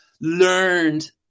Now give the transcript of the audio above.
learned